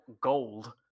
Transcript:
gold